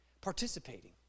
participating